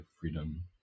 freedom